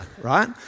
right